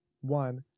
one